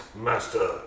master